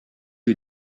who